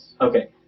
Okay